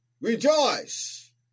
Rejoice